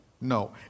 no